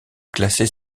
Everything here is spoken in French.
classer